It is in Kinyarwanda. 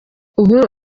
ubu